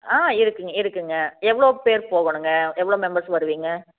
ஆ இருக்குது இருக்குதுங்க எவ்வளோ பேர் போகணுங்க எவ்வளோ மெம்பர்ஸ் வருவீங்க